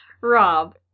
Rob